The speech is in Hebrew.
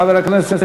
חבר הכנסת,